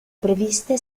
previste